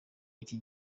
iki